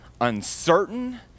uncertain